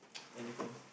anything